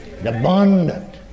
Abundant